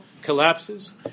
collapses